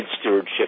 stewardship